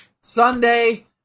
Sunday